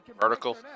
vertical